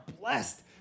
blessed